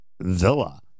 Villa